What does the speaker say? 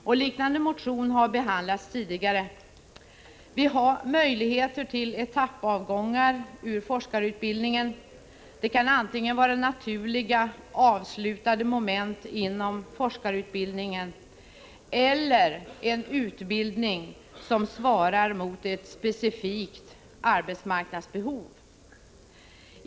En liknande motion har behandlats tidigare. Vi har möjligheter till etappavgångar ur forskarutbildningen. Det kan antingen vara naturliga, avslutade moment inom forskarutbildningen, eller en utbildning som svarar mot ett specifikt arbetsmarknadsbehov.